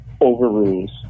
overrules